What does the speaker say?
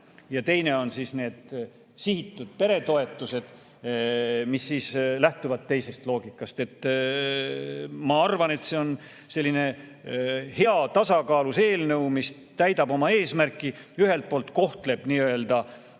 ja teine on sihitud peretoetused, mis lähtuvad teisest loogikast. Ma arvan, et see on selline hea tasakaalus eelnõu, mis täidab oma eesmärki – ühelt poolt kohtleb lapsi ja